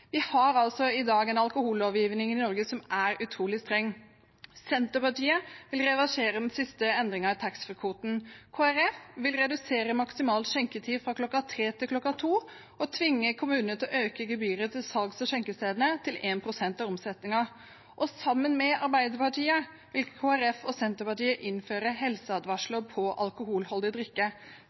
Vi har i dag en alkohollovgivning i Norge som er utrolig streng. Senterpartiet vil reversere den siste endringen i taxfree-kvoten, Kristelig Folkeparti vil redusere maksimal skjenketid fra kl. 3 til kl. 2 og tvinge kommunene til å øke gebyret til salgs- og skjenkestedene til 1 pst. av omsetningen. Sammen med Arbeiderpartiet vil Kristelig Folkeparti og Senterpartiet innføre helseadvarsler på alkoholholdig drikke.